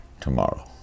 tomorrow